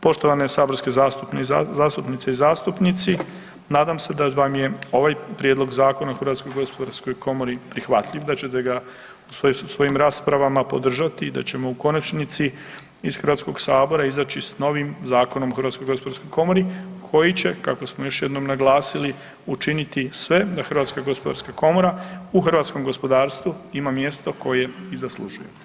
Poštovane saborske zastupnice i zastupnici, nadam se da vam je ovaj Prijedlog zakona o HGK-u prihvatljiv i da ćete ga u svojim raspravama podržati i da ćemo u konačnici iz HS izaći s novim Zakonom o HGK-u koji će kako smo još jednom naglasili učiniti sve da HGK u hrvatskom gospodarstvu ima mjesto koje i zaslužuje.